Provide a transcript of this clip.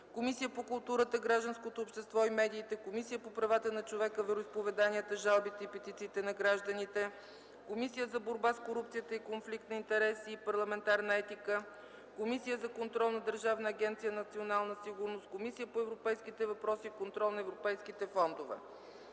Комисията по културата, гражданското общество и медиите, Комисията по правата на човека, вероизповеданията, жалбите и петициите на гражданите, Комисията за борба с корупцията, конфликт на интереси и парламентарна етика, Комисията за контрол на Държавна агенция „Национална сигурност”, Комисията по европейските въпроси и контрол на европейските фондове;